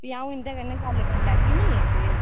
भी अ'ऊं इं'दे कन्नै गल्ल करी लैह्गी निं ते